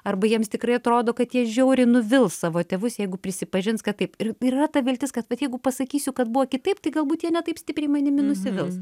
arba jiems tikrai atrodo kad jie žiauriai nuvils savo tėvus jeigu prisipažins kad taip ir yra ta viltis kad jeigu pasakysiu kad buvo kitaip tai galbūt jie ne taip stipriai manimi nusivils